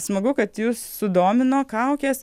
smagu kad jus sudomino kaukės